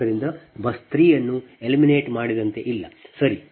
ಆದ್ದರಿಂದ ಬಸ್ 3 ಅನ್ನು ಎಲಿಮಿನೇಟ್ ಮಾಡಿದಂತೆ ಇಲ್ಲ ಸರಿ